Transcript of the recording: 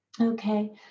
Okay